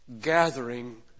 gathering